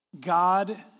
God